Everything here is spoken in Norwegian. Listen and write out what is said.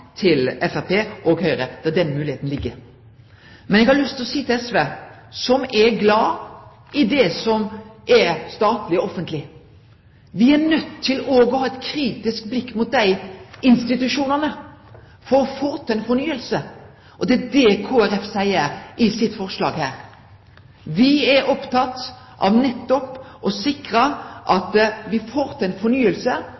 og Høgre. Det er den moglegheita som ligg. Men eg har lyst til å seie til SV, som er glad i det som er statleg og offentleg: Me er nøydde til òg å ha eit kritisk blikk retta mot dei institusjonane for å få til ei fornying. Det er det Kristeleg Folkeparti seier i sitt forslag. Me er opptekne av nettopp